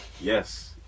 yes